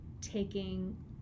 taking